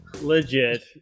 Legit